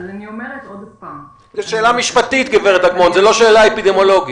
זאת שאלה משפטית, גברת אגמון,